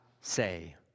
say